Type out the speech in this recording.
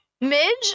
Midge